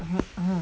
mmhmm